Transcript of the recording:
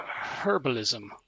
Herbalism